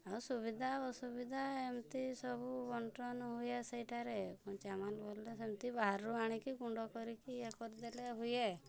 ଆଉ ସୁବିଧା ଅସୁବିଧା ଏମିତି ସବୁ ବଣ୍ଟନ ହୁଏ ସେଇଟାରେ କଞ୍ଚାମାଲ ବୋଇଲେ ସେମିତି ବାହାରରୁ ଆଣିକି ଗୁଣ୍ଡ କରିକି ଇଏ କରିଦେଲେ ହୁଏ